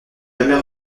jamais